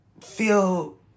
feel